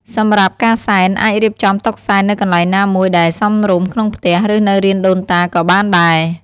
សម្រាប់ការសែន អាចរៀបចំតុសែននៅកន្លែងណាមួយដែលសមរម្យក្នុងផ្ទះ ឬនៅរានដូនតាក៏បានដែរ។